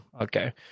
Okay